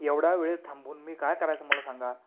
एवढा वेळ थांबून मी काय करायचं मला सांगा